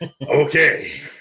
Okay